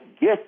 get